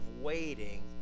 waiting